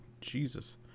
Jesus